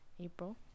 April